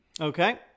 Okay